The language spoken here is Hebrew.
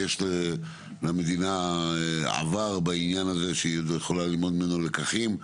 יש למדינה עבר בעניין הזה שהיא יכולה ללמוד ממנו לקחים.